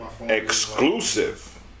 Exclusive